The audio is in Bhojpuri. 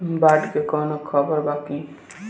बाढ़ के कवनों खबर बा की?